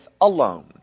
alone